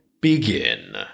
begin